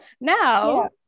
Now